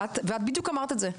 ואת בדיוק אמרת את זה,